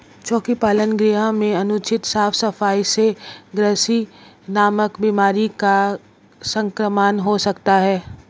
चोकी पालन गृह में अनुचित साफ सफाई से ग्रॉसरी नामक बीमारी का संक्रमण हो सकता है